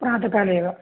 प्रातःकाले एव